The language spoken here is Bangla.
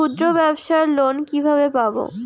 ক্ষুদ্রব্যাবসার লোন কিভাবে পাব?